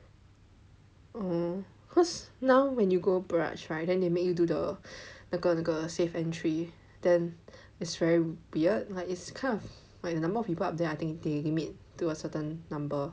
oh cause now when you go Barrage right then they make you do the 那个那个 safe entry then it's very weird like it's kind of like the number of people up there I think they limit to a certain number